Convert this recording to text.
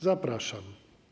Zapraszam.